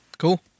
cool